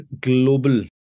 global